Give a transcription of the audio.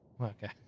Okay